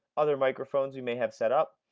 other microphones we may have set up,